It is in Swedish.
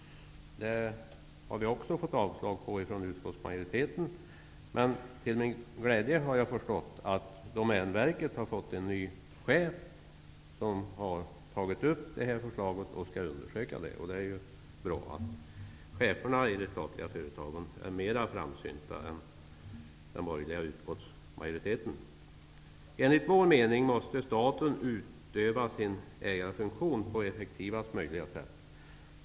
Detta har avstyrkts av utskottsmajoriteten, men jag har förstått att Domänverket har fått en ny chef, som till min glädje har tagit upp detta förslag och skall undersöka det. Det är bra. Cheferna i de statliga företagen är mera framsynta än den borgerliga utskottsmajoriteten. Enligt vår mening måste staten utöva sin ägarfunktion på effektivaste möjliga sätt.